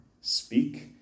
speak